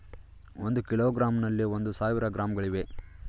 ಒಂದು ಕಿಲೋಗ್ರಾಂನಲ್ಲಿ ಒಂದು ಸಾವಿರ ಗ್ರಾಂಗಳಿವೆ